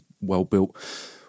well-built